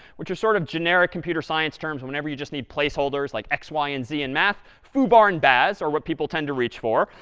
which are sort of generic computer science terms whatever you just need placeholders like x, y, and z in math, foo, bar, and baz are what people tend to reach for.